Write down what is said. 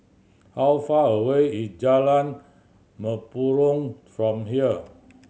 how far away is Jalan Mempurong from here